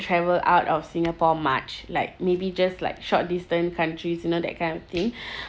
travel out of singapore much like maybe just like short distant countries you know that kind of thing